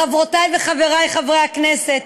חברותי וחברי חברי הכנסת,